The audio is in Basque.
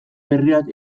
berriak